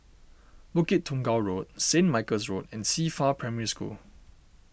Bukit Tunggal Road same Michael's Road and Qifa Primary School